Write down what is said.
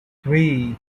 three